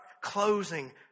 closing